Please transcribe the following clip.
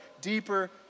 Deeper